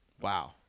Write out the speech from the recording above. wow